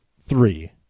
three